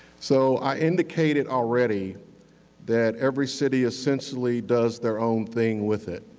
so i indicated already that every city essentially does their own thing with it.